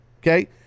okay